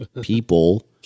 People